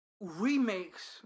remakes